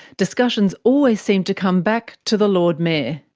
discussions always seem to come back to the lord mayor.